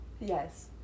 Yes